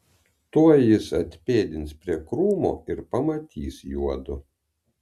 tuoj jis atpėdins prie krūmo ir pamatys juodu